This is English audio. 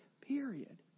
Period